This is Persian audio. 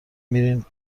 میرین